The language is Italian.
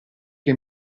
che